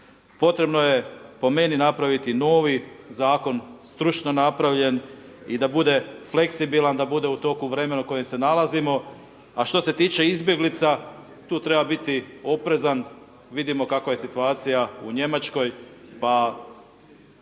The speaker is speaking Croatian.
Potrebno je po meni napraviti novi zakon stručno napravljen i da bude fleksibilan, da bude u toku vremena u kojem se nalazimo. A što se tiče izbjeglica tu treba biti oprezan. Vidimo kakva je situacija u Njemačkoj,